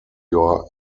your